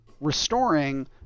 restoring